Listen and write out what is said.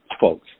folks